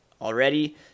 already